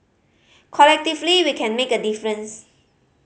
collectively we can make a difference